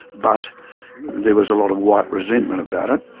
but there was a lot of white resentment about it,